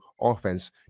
offense